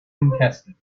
contestant